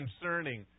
concerning